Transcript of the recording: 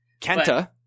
Kenta